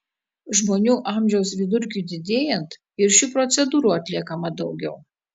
žmonių amžiaus vidurkiui didėjant ir šių procedūrų atliekama daugiau